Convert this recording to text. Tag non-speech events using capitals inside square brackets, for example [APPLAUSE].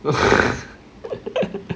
[LAUGHS]